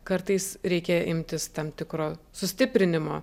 kartais reikia imtis tam tikro sustiprinimo